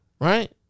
Right